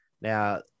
Now